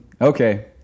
Okay